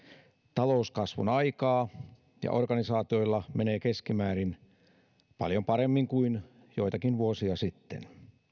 talouskasvun aikaa ja organisaatioilla menee keskimäärin paljon paremmin kuin joitakin vuosia sitten